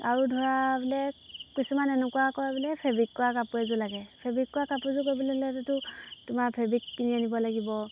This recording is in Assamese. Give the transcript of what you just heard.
আৰু ধৰা বোলে কিছুমান এনেকুৱা কয় বোলে ফেব্ৰিক কৰা কাপোৰ এযোৰ লাগে ফেব্ৰিক কৰা কাপোৰযোৰ কৰিবলৈতো তোমাৰ ফেব্ৰিক কিনি আনিব লাগিব